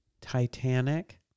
Titanic